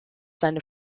seine